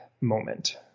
moment